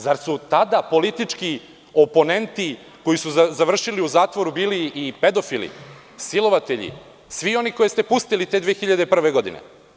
Zar su tada politički oponenti koji su završili u zatvoru bili pedofili, silovatelji, svi oni koje ste pustili te 2001. godine?